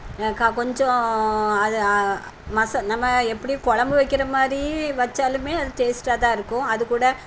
க கொஞ்சம் அது மச நம்ம எப்படியும் கொழம்பு வைக்கிற மாதிரி வைச்சாலுமே அது டேஸ்ட்டாக தான் இருக்கும் அது கூட